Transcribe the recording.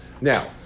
Now